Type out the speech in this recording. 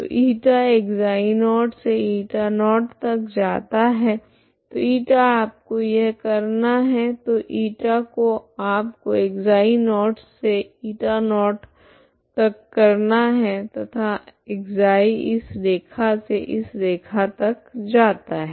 तो η ξ0 से η0 तक जाता है तो η आपको यह करना है तो η को आपको ξ0 से η0 तक करना है तथा ξ इस रैखा से इस रैखा तक जाता है